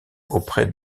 auprès